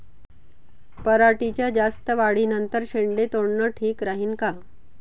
पराटीच्या जास्त वाढी नंतर शेंडे तोडनं ठीक राहीन का?